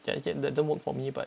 then again it doesn't work for me but